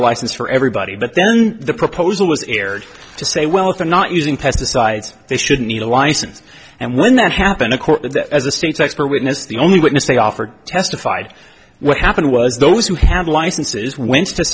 a license for everybody but then the proposal was aired to say well if they're not using pesticides they shouldn't need a license and when that happened of course with that as a state's expert witness the only witness they offered testified what happened was those who have licenses wins to